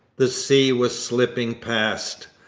the sea was slipping past.